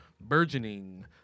burgeoning